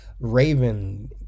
Raven